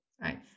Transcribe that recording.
right